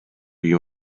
you